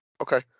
Okay